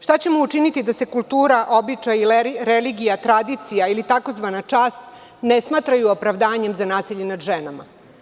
Šta ćemo učiniti da se kultura, običaji, religija, tradicija ili tzv. čast ne smatraju opravdanjem za nasilje nad ženama?